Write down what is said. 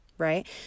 Right